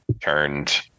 turned